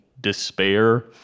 despair